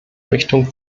richtung